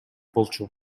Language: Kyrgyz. болчу